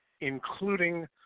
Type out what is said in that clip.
including